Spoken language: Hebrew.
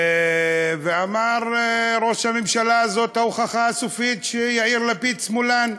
אמר ראש הממשלה: זאת ההוכחה הסופית שיאיר לפיד שמאלן.